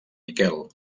miquel